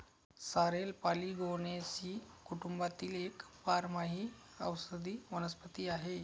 sorrel Polygonaceae कुटुंबातील एक बारमाही औषधी वनस्पती आहे